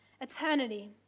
Eternity